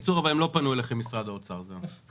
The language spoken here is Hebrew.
בקיצור, משרד האוצר לא פנה אליכם.